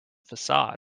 facade